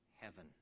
heaven